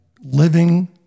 living